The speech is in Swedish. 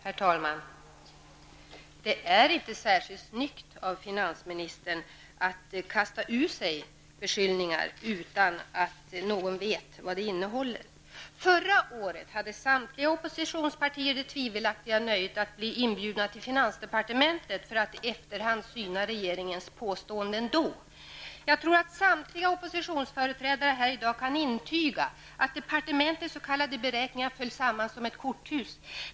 Herr talman! Det är inte särskilt snyggt av finansministern att kasta ur sig beskyllningar utan att någon vet vad de innehåller. Förra året hade samtliga oppositionspartier det tvivelaktiga nöjet att bli inbjudna till finansdepartementet för att i efterhand syna regeringens påståenden då. Jag tror att samtliga oppositionsföreträdare här i dag kan intyga att departementets s.k. beräkningar föll samman som ett korthus.